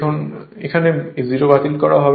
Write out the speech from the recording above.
সুতরাং এখানে 0 বাতিল করা হবে না